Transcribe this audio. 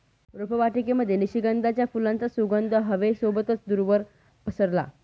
रोपवाटिकेमध्ये निशिगंधाच्या फुलांचा सुगंध हवे सोबतच दूरवर पसरला